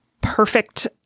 perfect